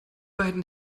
beiden